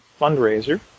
fundraiser